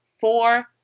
Four